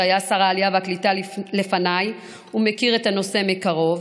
שהיה שר העלייה והקליטה לפניי ומכיר את הנושא מקרוב,